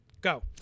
Go